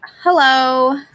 hello